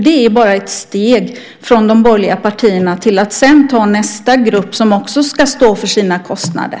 Det är bara ett steg för de borgerliga partierna till att sedan ta nästa grupp som också ska stå för sina kostnader.